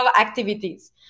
activities